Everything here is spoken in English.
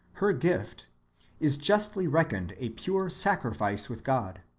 her gift is justly reckoned a pure sacrifice with god.